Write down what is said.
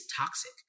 toxic